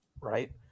right